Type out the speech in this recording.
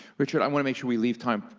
richard, i wanna make sure we leave time,